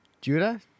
Judah